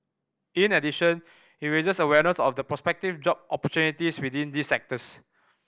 in addition it raises awareness of the prospective job opportunities within these sectors